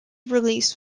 release